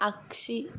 आगसि